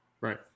Right